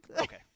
Okay